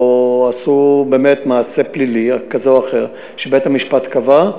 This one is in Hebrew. עשו מעשה פלילי כזה או אחר שבית-המשפט קבע,